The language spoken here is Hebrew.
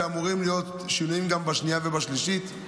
ואמורים להיות שינויים גם בשנייה ובשלישית.